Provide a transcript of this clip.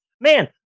man